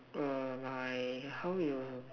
err my how your